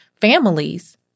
families